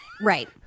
Right